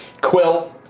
Quill